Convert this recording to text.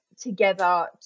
together